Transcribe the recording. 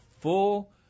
full